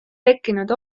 tekkinud